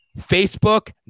Facebook